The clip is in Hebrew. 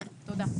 תודה.